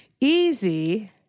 Easy